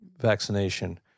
vaccination